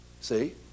see